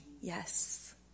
yes